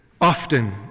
often